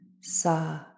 Sa